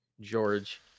George